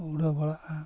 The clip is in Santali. ᱩᱰᱟᱹᱣ ᱵᱟᱲᱟᱜᱼᱟ